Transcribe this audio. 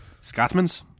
Scotsmans